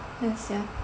yeah sia